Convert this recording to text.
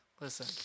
Listen